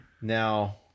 Now